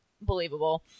believable